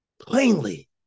plainly